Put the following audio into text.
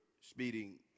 speeding